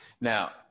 Now